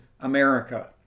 America